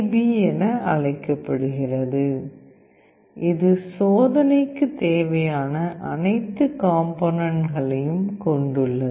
B அழைக்கப்படுகிறது இது சோதனைக்கு தேவையான அனைத்து காம்போனேன்ன்ட்களையும் கொண்டுள்ளது